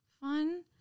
fun